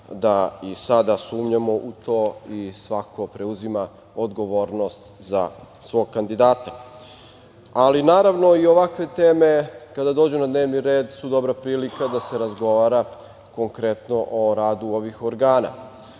da i sada sumnjamo u to i svako preuzima odgovornost za svog kandidata. Ovakve teme kada dođu na dnevni red su dobra prilika da se razgovara konkretno o radu ovih organa.